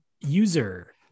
user